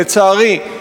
לצערי,